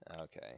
Okay